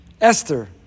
Esther